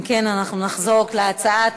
אם כן, אנחנו נחזור להצעת